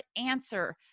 answer